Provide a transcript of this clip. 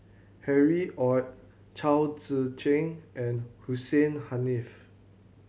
Harry Ord Chao Tzee Cheng and Hussein Haniff